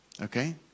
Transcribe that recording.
Okay